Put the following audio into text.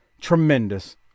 Tremendous